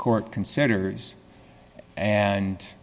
court considers and